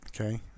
Okay